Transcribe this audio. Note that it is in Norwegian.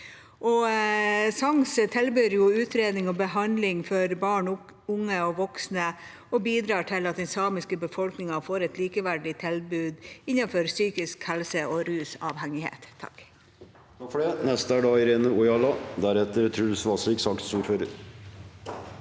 SANKS tilbyr utredning og behandling for barn, unge og voksne og bidrar til at den samiske befolkningen får et likeverdig tilbud innenfor psykisk helse og rusavhengighet. Irene